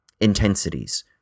intensities